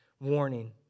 warning